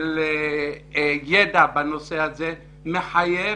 ידע בנושא הזה מחייב